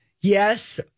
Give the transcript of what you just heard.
Yes